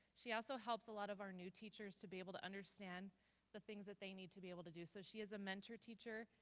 she also helps a lot of our new teachers to be able to understand the things that they need to be able to do so she is a mentor teacher.